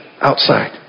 outside